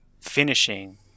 finishing